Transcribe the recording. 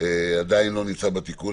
עדיין לא נמצא בתיקון.